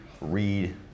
read